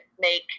make